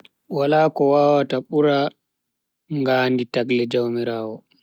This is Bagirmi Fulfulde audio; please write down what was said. Wala ko wawata bura ngamdi tagle jaumirawoo.